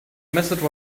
message